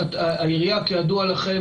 כידוע לכם,